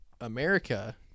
America